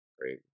Great